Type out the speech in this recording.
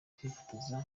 kwifotoza